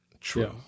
true